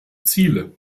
ziele